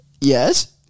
Yes